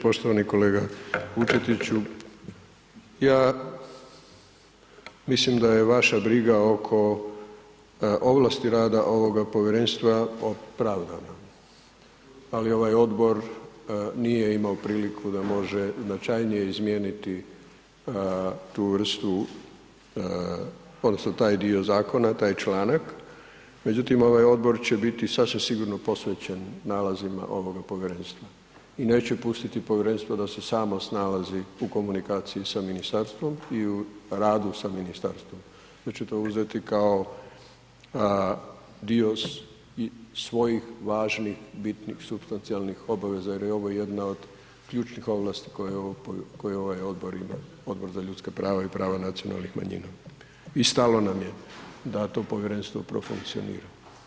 Poštovani kolega Vučetiću, ja mislim da je vaša briga oko ovlasti rada ovoga povjerenstva opravdana ali ovaj odbor nije imao priliku da može značajnije izmijeniti tu vrstu odnosno taj dio zakona, taj članak međutim ovaj odbor će biti sasvim sigurno posvećen nalazima ovoga povjerenstva i neće pustiti povjerenstvo da se samo snalazi u komunikaciji sa ministarstvom i u radu sa ministarstvu već će to uzeti kao dio i svojih važnih, bitnih supstancijalnih obaveza jer je ovo jedna od ključnih ovlasti koje ovaj odbor ima, Odbor za ljudska prava i prava nacionalnih manjina i stalo nam je da to povjerenstvo profunkcionira.